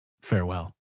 Farewell